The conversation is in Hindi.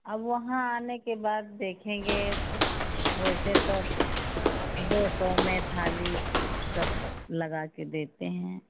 अब वहाँ आने के बाद देखेंगे वैसे तो दो सौ में थाली सब लगाकर देते हैं